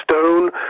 stone